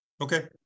okay